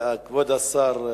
כבוד השר,